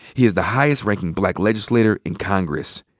he is the highest-ranking black legislator in congress.